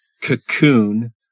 Cocoon